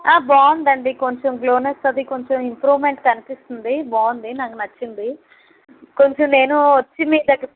బాగుంది అండి కొంచెం గ్లోనెస్ అది కొంచెం ఇంప్రూవ్మెంట్ కనిపిస్తుంది బాగుంది నాకు నచ్చింది కొంచెం నేను వచ్చి మీ దగ